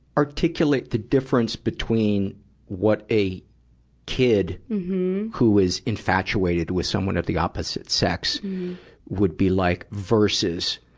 articulate the difference between what a kid who is infatuated with someone of the opposite sex would be like versus,